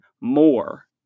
more